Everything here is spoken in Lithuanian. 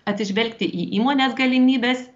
atsižvelgti į įmonės galimybes